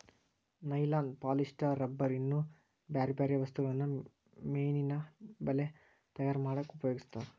nylon polyester rubber ಇನ್ನೂ ಬ್ಯಾರ್ಬ್ಯಾರೇ ವಸ್ತುಗಳನ್ನ ಮೇನಿನ ಬಲೇ ತಯಾರ್ ಮಾಡಕ್ ಉಪಯೋಗಸ್ತಾರ